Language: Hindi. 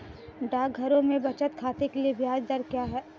डाकघरों में बचत खाते के लिए ब्याज दर क्या है?